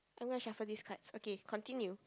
I'm gonna shuffle this card okay continue